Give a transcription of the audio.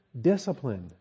discipline